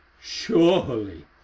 surely